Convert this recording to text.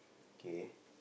K